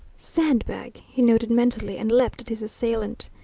sandbag, he noted mentally, and leapt at his assailant.